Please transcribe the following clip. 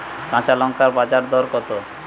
কাঁচা লঙ্কার বাজার দর কত?